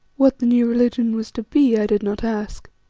what the new religion was to be i did not ask.